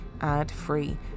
ad-free